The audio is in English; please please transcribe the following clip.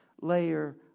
layer